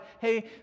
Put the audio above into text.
hey